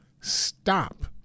Stop